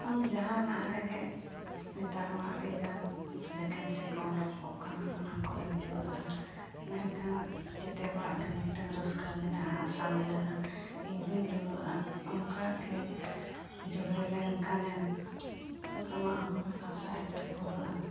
ᱟᱢ ᱡᱟᱦᱟᱱᱟᱜ ᱨᱮᱜᱮ ᱱᱮᱛᱟᱨ ᱢᱟ ᱟᱹᱰᱤᱜᱟᱱ ᱵᱷᱮᱠᱮᱱᱥᱤ ᱠᱚ ᱚᱰᱚᱠ ᱠᱚᱜ ᱠᱟᱱᱟ ᱚᱱᱟ ᱠᱚᱨᱮᱢ ᱡᱩᱲᱟᱹᱜᱼᱟ ᱢᱮᱱ ᱠᱷᱟᱱ ᱡᱮᱛᱮ ᱦᱚᱲᱟᱜ ᱜᱮ ᱢᱤᱫᱴᱟᱝ ᱨᱟᱹᱥᱠᱟᱹ ᱢᱮᱱᱟᱜᱼᱟ ᱟᱥᱟ ᱢᱮᱱᱟᱜᱼᱟ ᱤᱧᱦᱩᱧ ᱡᱩᱲᱟᱹᱜᱼᱟ ᱚᱱᱠᱟᱜᱮ ᱡᱩᱲᱟᱹᱣ ᱞᱮᱱ ᱠᱷᱟᱱᱮᱢ ᱟᱢᱟᱜ ᱦᱚᱸ ᱟᱥᱟ ᱮᱹᱠᱴᱩ ᱯᱩᱨᱟᱹᱜᱼᱟ